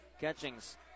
Catchings